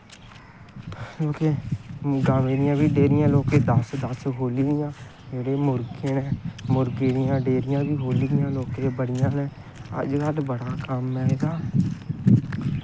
गवें दियां बी लोकें डेरियां दस दस खोह्ली दियां जेह्ड़े मुर्गे न मुर्गें दियां बी डेरियां खोह्लियां दियां लोकें बड़ियां अजकल्ल बड़ा कम्म ऐ एह्दा